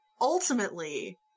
Ultimately